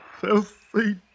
Filthy